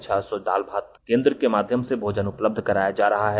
छह सौ दाल भात केंद्र के माध्यम से भोजन उपलब्ध कराया जा रहा है